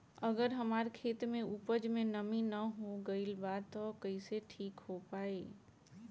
अगर हमार खेत में उपज में नमी न हो गइल बा त कइसे ठीक हो पाई?